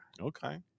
Okay